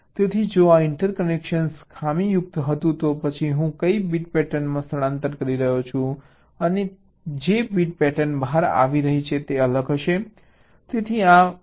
તેથી જો આ ઇન્ટરકનેક્શન ખામીયુક્ત હતું તો પછી હું કઈ બીટ પેટર્નમાં સ્થળાંતર કરી રહ્યો છું અને જે બીટ પેટર્ન બહાર આવી રહી છે તે અલગ હશે